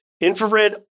infrared